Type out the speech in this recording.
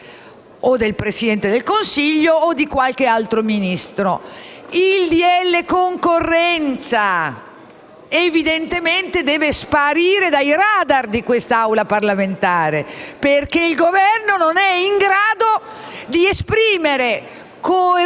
sulla concorrenza, che evidentemente deve sparire dai radar di quest'Assemblea parlamentare, perché il Governo non è in grado di esprimere coerentemente